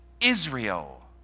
Israel